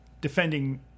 defending